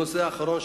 נושא אחרון,